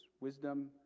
wisdom